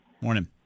Morning